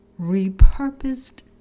Repurposed